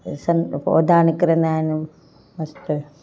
त सन पौधा निकिरंदा आहिनि मस्तु